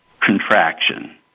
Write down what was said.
contraction